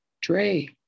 Dre